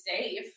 safe